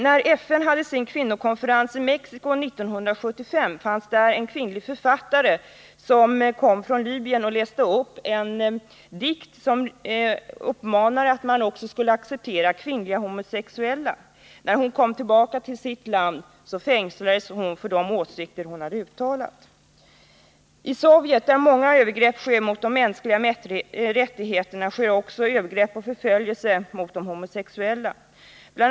När FN hade sin kvinnokonferens i Mexico 1975 fanns där en kvinnlig författare som kom från Libyen. Hon läste upp en dikt som uppmanade till att man skulle acceptera också kvinnliga homosexuella. När hon kom tillbaka till sitt land fängslades hon för de åsikter som hon hade uttalat. I Sovjet, där många övergrepp sker mot de mänskliga rättigheterna, sker också övergrepp mot och förföljelse av homosexuella. Bl.